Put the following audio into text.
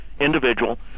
individual